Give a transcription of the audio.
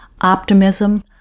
optimism